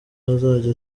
azajya